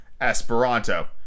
esperanto